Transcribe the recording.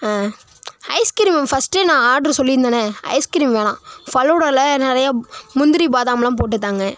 ice cream ஃபர்ஸ்டே நான் ஆட்ரு சொல்லியிருந்தேனே ஐஸ் கிரீம் வேணாம் ஃபலூடாவில் நிறையா முந்திரி பாதாமெலாம் போட்டுதாங்க